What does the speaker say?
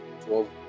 12